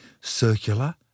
circular